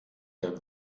der